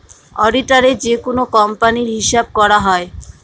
অডিটারে যেকোনো কোম্পানির হিসাব করা হয়